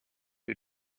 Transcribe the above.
who